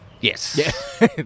Yes